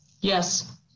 Yes